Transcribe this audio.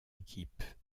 équipes